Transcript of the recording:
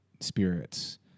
spirits